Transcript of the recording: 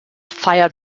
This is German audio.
feiert